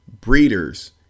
breeders